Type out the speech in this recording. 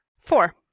Four